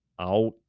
out